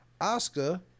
Oscar